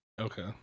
Okay